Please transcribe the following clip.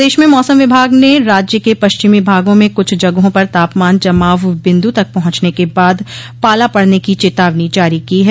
प्रदेश में मौसम विभाग ने राज्य के पश्चिमी भागों में कुछ जगहों पर तापमान जमाव बिन्दु तक पहुंचने के बाद पाला पड़ने की चेतावनी जारी की है